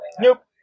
Nope